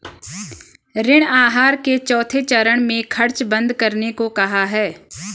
ऋण आहार के चौथे चरण में खर्च बंद करने को कहा है